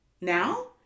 now